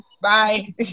Bye